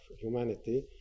humanity